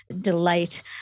delight